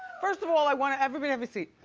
first of all, i wanna, everybody have a seat.